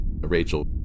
Rachel